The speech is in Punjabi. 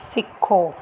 ਸਿੱਖੋ